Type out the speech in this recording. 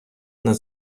над